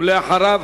ואחריו,